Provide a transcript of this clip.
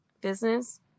business